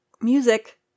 music